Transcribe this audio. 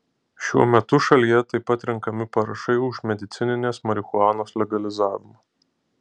šiuo metu šalyje taip pat renkami parašai už medicininės marihuanos legalizavimą